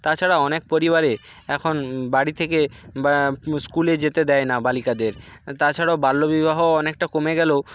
তাছাড়া অনেক পরিবারে এখন বাড়ি থেকে ব্যা স্কুলে যেতে দেয় না বালিকাদের তাছাড়াও বাল্যবিবাহ অনেকটা কমে গেলেও